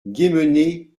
guémené